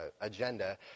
agenda